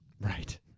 Right